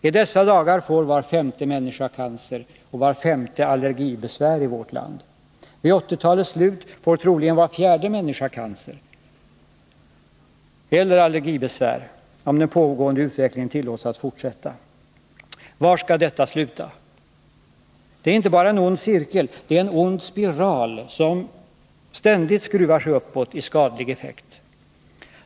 I dessa dagar får var femte människa i vårt land cancer och var femte allergibesvär. Vid 1980-talets slut får troligen var fjärde människa cancer eller allergibesvär, om den pågående utvecklingen tillåts att fortsätta. Var skall detta sluta? Det är inte bara en ond cirkel — det är en ond spiral som ständigt skruvar sig uppåt i skadlig effekt.